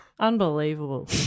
Unbelievable